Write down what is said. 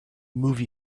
movie